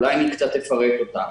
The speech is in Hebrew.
ואולי קצת אפרט אותם.